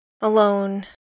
Alone